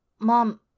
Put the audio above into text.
Mom